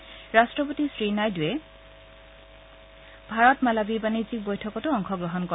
উপ ৰাষ্ট্ৰপতি শ্ৰীনাইডুৰে ভাৰত মালাৱী বাণিজ্যিক বৈঠকতো অংশগ্ৰহণ কৰে